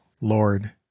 lord